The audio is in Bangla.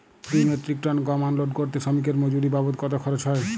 দুই মেট্রিক টন গম আনলোড করতে শ্রমিক এর মজুরি বাবদ কত খরচ হয়?